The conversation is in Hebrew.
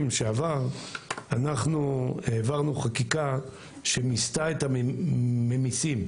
שעבר אנחנו העברנו חקיקה שמיסתה את הממיסים,